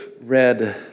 read